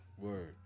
Word